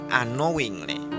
unknowingly